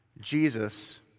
Jesus